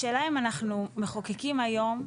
השאלה אם אנחנו מחוקקים היום,